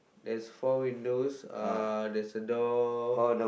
there's four windows uh there's a door